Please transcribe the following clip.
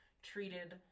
treated